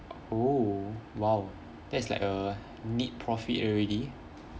oh !wow! that's like a neat profit already